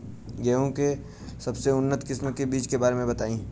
गेहूँ के सबसे उन्नत किस्म के बिज के बारे में बताई?